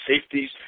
safeties